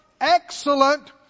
excellent